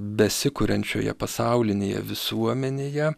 besikuriančioje pasaulinėje visuomenėje